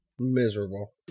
Miserable